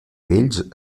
vells